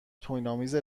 توهینآمیز